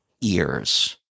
ears